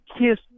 kiss